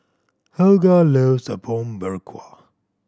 Helga loves Apom Berkuah